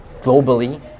globally